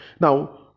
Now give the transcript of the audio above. Now